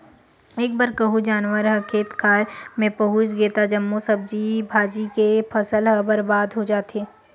एक बार कहूँ जानवर ह खेत खार मे पहुच गे त जम्मो सब्जी भाजी के फसल ह बरबाद हो जाथे